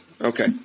Okay